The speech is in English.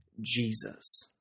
Jesus